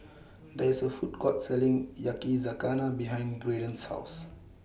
There IS A Food Court Selling Yakizakana behind Graydon's House